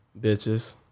Bitches